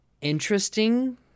interesting